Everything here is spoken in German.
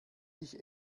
dich